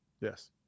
Yes